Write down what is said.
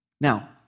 Now